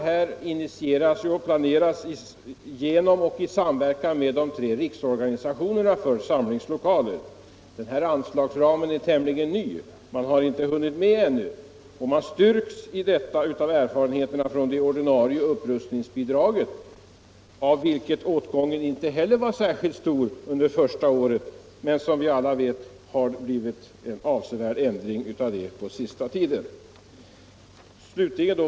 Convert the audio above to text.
Här planeras och initieras åtgärderna genom och i samverkan med de tre riksorganisationerna för samlingslokaler. Denna anslagsram är tämligen ny. Man har ännu inte hunnit med i planeringen. Man styrks i denna uppfattning av erfarenheterna från det ordinarie upprustningsbidraget, där åtgången inte heller var särskilt stor under det första året. Men som alla vet har det blivit en avsevärd ändring härvidlag under senaste tiden.